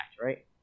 right